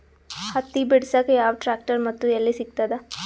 ಹತ್ತಿ ಬಿಡಸಕ್ ಯಾವ ಟ್ರ್ಯಾಕ್ಟರ್ ಮತ್ತು ಎಲ್ಲಿ ಸಿಗತದ?